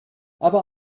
aber